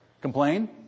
Complain